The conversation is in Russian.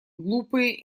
глупые